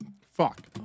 Fuck